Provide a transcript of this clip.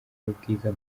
y’ubwiza